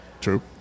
True